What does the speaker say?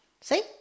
See